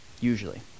usually